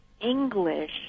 English